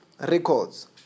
records